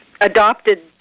adopted